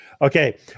okay